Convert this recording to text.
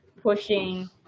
pushing